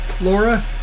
Laura